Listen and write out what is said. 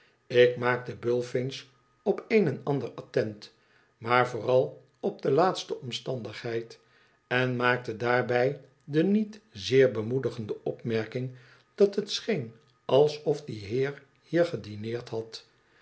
ik maakte bullfinch op een en ander attent maar vooral op de laatste omstandigheid en maakte daarby de niet zeer bemoedigende opmerking dat het scheen alsof die heer hier gedineerd had